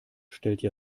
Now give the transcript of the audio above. stellte